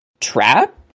trap